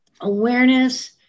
awareness